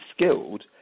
skilled